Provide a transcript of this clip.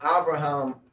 Abraham